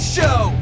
Show